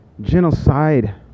genocide